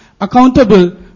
accountable